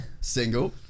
Single